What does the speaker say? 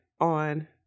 on